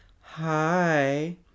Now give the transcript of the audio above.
Hi